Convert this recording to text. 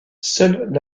seule